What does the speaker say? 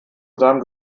seinem